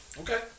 Okay